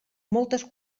moltes